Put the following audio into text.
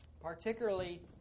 Particularly